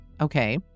Okay